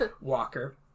walker